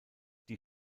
die